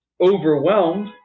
overwhelmed